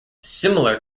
similar